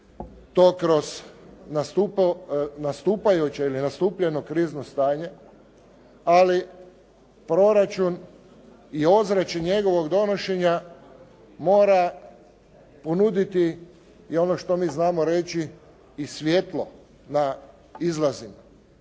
to kroz nastupajuće ili nastupljeno krizno stanje, ali proračun i ozračje njegovog donošenja mora ponuditi i ono što mi znamo reći i svjetlo na izlazima.